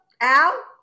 Al